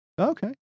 Okay